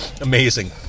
Amazing